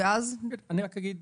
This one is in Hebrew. אני רק אגיד